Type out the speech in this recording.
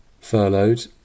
furloughed